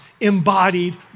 embodied